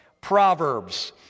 Proverbs